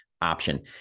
option